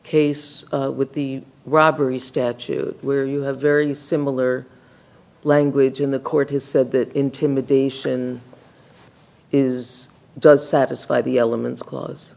case with the robbery statute where you have very similar language in the court has said that intimidation is does satisfy the elements cla